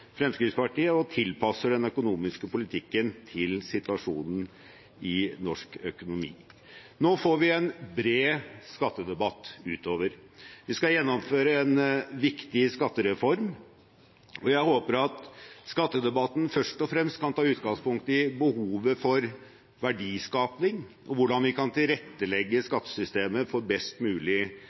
Fremskrittspartiet og tilpasser den økonomiske politikken til situasjonen i norsk økonomi. Nå får vi en bred skattedebatt utover. Vi skal gjennomføre en viktig skattereform, og jeg håper at skattedebatten først og fremst kan ta utgangspunkt i behovet for verdiskaping og hvordan vi kan tilrettelegge skattesystemet for best mulig